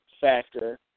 factor